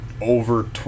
over